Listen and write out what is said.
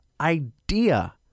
idea